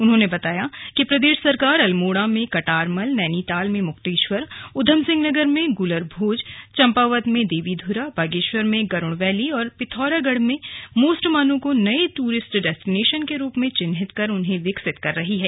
उन्होंने बताया कि प्रदेश सरकार अल्मोड़ा में कटारमल नैनीताल में मुक्तेश्वर उधमसिंह नगर में गुलरभोज चम्पावत में देवीध्रा बागेश्वर में गरूड़ वैली और पिथौरागढ़ में मोस्टमानू को नये टूरिस्ट डेस्टिनेशन के रूप मे चिन्हित कर उन्हें विकसित कर रही है